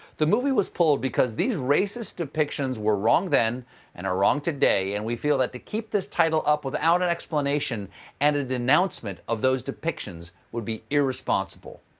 the movie was pulled because these racist depictions were wrong then and are wrong today, and we felt that to keep this title up without an explanation and a denouncement of those depictions would be irresponsible.